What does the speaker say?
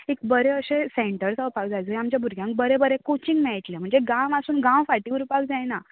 एक बरें अशें सेंटर जावपाक जाय जंय आमच्या भुरग्यांक बरें बरें कोचिंग मेळटलें म्हणजे गांव आसून गांव फाटीं उरपाक जायना